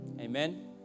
Amen